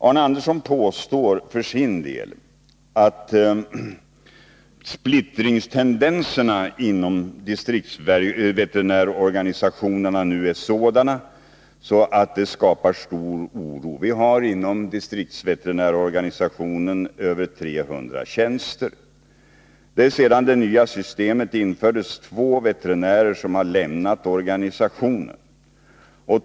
Arne Andersson i Ljung påstår för sin del att splittringstendenserna inom distriktsveterinärorganisationen nu är sådana att de skapar stor oro. Vi har inom distriktsveterinärorganisationen över 300 tjänster. Sedan det nya systemet infördes har två veterinärer lämnat organisationen.